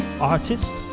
artist